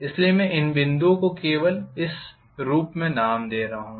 इसलिए मैं इन बिंदुओं को केवल इस रूप में नाम दे रहा हूं